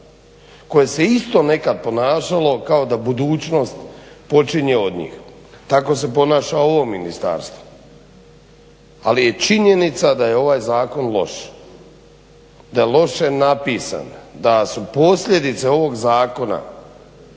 koje se isto nekad ponašalo kao da budućnost počinje od njih. Tako se ponaša ovo ministarstvo. Ali je činjenica da je ovaj zakon loš, da je loše napisan da su posljedice ovog zakona